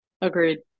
Agreed